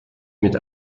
mit